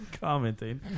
commenting